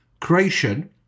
creation